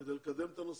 כדי לקדם את הנושאים.